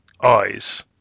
eyes